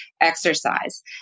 exercise